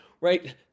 right